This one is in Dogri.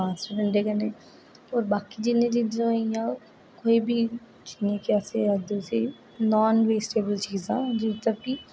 बांस दे डंडे कन्नै औऱ वाकी जिने चीजें इयां कोई बी जियां कि आसें नान बेस्टेवल चीजां जिन्ने तक कि